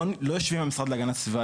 ואנחנו לא יושבים במשרד להגנת הסביבה,